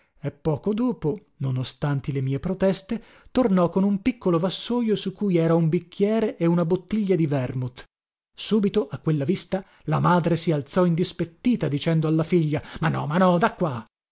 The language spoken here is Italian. e poco dopo non ostanti le mie proteste tornò con un piccolo vassojo su cui era un bicchiere e una bottiglia di vermouth subito a quella vista la madre si alzò indispettita dicendo alla figlia ma no ma no da qua